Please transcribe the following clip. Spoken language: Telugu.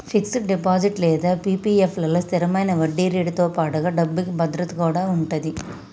ఫిక్స్డ్ డిపాజిట్ లేదా పీ.పీ.ఎఫ్ లలో స్థిరమైన వడ్డీరేటుతో పాటుగా డబ్బుకి భద్రత కూడా ఉంటది